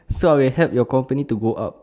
so I would help your company to go up